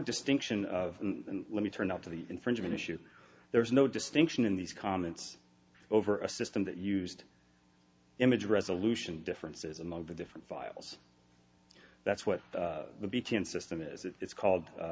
distinction of let me turn up to the infringement issue there was no distinction in these comments over a system that used image resolution differences among the different files that's what the b t n system is it's called